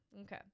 okay